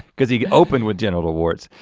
cause he opened with genital warts.